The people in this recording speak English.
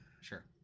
sure